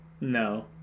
No